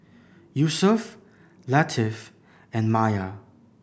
Yusuf Latif and Maya